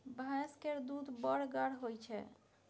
भैंस केर दूध बड़ गाढ़ होइ छै